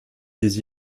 des